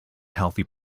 healthy